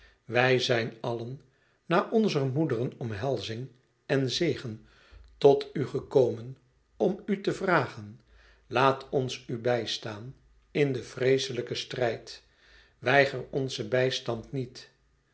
wij zijn allen na onzer moederen omhelzing en zegen tot u gekomen om u te vragen laat ons u bij staan in den vreeslijken strijd weiger onzen bijstand niet